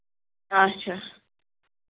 اَچھا